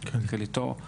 נתחיל איתו.